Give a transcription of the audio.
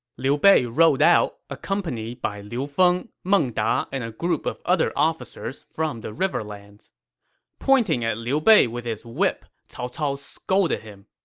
liu bei then rode out, accompanied by liu feng, meng da, and a group of other officers from the riverlands pointing at liu bei with his whip, cao cao scolded him,